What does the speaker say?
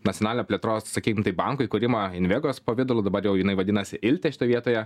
nacionalinio plėtros sakykim taip banko įkūrimą invegos pavidalu dabar jau jinai vadinasi ilte šitoj vietoje